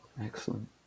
Excellent